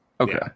Okay